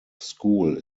school